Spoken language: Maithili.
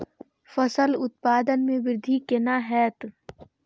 फसल उत्पादन में वृद्धि केना हैं?